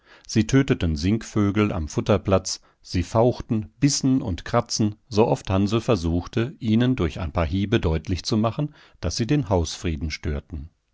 sie töteten singvögel am futterplatz sie fauchten bissen und kratzten sooft hansl versuchte ihnen durch ein paar hiebe deutlich zu machen daß sie den hausfrieden störten